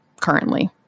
currently